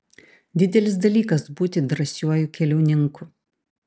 didelis dalykas būti drąsiuoju keliauninku